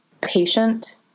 patient